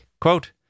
Quote